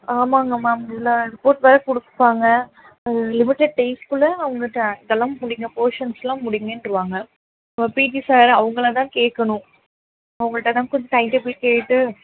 ஆமாம்ங்க மேம் இதில் ரிப்போர்ட் வேறு கொடுத்தாங்க லிமிடட் டேஸ்க்குள்ளே அவங்க இதை இதெல்லாம் முடிங்க போர்ஷன்ஸ்லாம் முடிங்கன்ருவாங்க நம்ம பீட்டி சார் அவங்களதான் கேட்கணும் அவங்கள்ட்ட தான் கொஞ்சம் டைம் டேபிள் கேட்டு